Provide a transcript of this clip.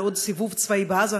על עוד סיבוב צבאי בעזה.